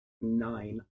nine